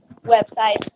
website